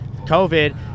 COVID